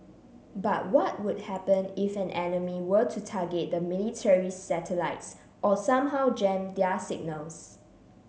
but what would happen if an enemy were to target the military's satellites or somehow jam their signals